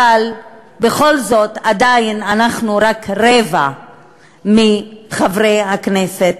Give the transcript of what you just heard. בכל זאת אנחנו רק רבע מחברי הכנסת,